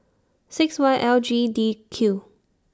six Y L G D Q